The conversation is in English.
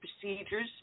procedures